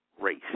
race